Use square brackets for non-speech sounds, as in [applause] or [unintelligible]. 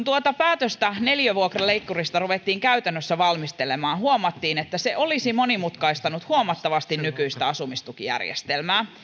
[unintelligible] tuota päätöstä neliövuokraleikkurista ruvettiin käytännössä valmistelemaan huomattiin että se olisi monimutkaistanut huomattavasti nykyistä asumistukijärjestelmää